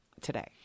today